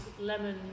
lemon